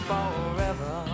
Forever